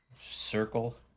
Circle